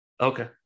okay